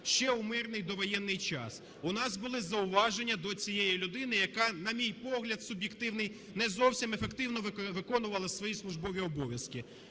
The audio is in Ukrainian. ще у мирний довоєнний час. У нас були зауваження до цієї людини, яка, на мій погляд суб'єктивний, не зовсім ефективно виконувала свої службові обов'язки.